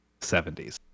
70s